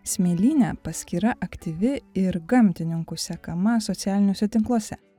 smėlynė paskyra aktyvi ir gamtininkų sekama socialiniuose tinkluose